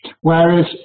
Whereas